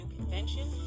convention